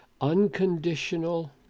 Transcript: unconditional